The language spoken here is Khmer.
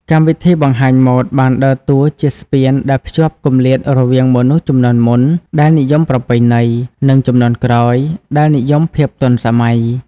កម្មវិធីបង្ហាញម៉ូដបានដើរតួជាស្ពានដែលភ្ជាប់គម្លាតរវាងមនុស្សជំនាន់មុន ដែលនិយមប្រពៃណី និងជំនាន់ក្រោយ ដែលនិយមភាពទាន់សម័យ។